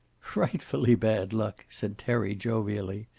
frightfully bad luck, said terry, jovially.